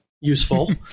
useful